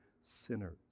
sinners